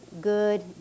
good